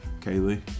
Kaylee